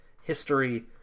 history